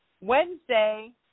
Wednesday